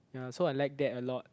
ya so I lack that a lot